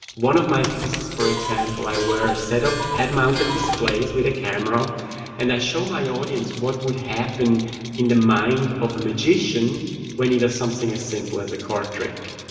one of my pieces, for example, i wear a set of head-mounted displays with a camera and i show my audience what would happen in the mind of a magician when he does something as simple as a card trick.